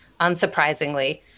unsurprisingly